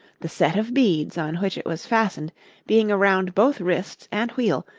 the set of beads on which it was fastened being around both wrists and wheel,